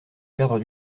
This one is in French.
perdre